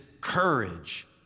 courage